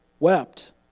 Wept